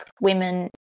women